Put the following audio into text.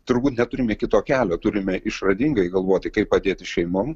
turbūt neturime kito kelio turime išradingai galvoti kaip padėti šeimom